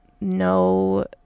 no